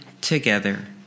together